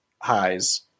highs